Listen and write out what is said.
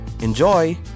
Enjoy